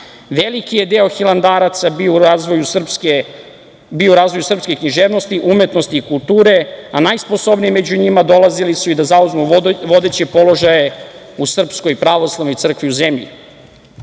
trajne. Veliki je deo hilandaraca bio u razvoju srpske književnosti, umetnosti i kulture, a najsposobniji među njima dolazili su i da zauzmu vodeće položaje u Srpskoj pravoslavnoj crkvi u zemlji. Sveta